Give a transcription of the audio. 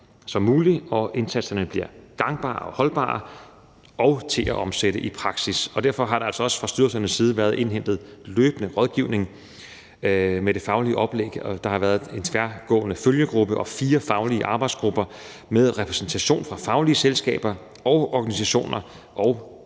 som muligt, og at indsatserne bliver gangbare og holdbare og til at omsætte i praksis. Derfor har der altså også fra styrelsernes side været indhentet løbende rådgivning med faglige oplæg, og der har været en tværgående følgegruppe og fire faglige arbejdsgrupper med repræsentation fra faglige selskaber og organisationer,